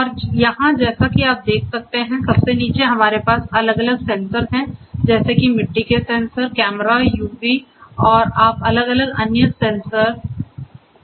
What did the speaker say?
और यहाँ जैसा कि आप देख सकते हैं कि सबसे नीचे हमारे पास अलग अलग सेंसर हैं जैसे कि मिट्टी के सेंसर कैमरा यूएवी और आप अलग अलग अन्य सेंसर हैं